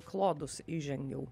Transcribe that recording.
klodus įžengiau